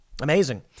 Amazing